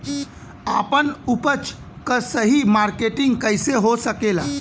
आपन उपज क सही मार्केटिंग कइसे हो सकेला?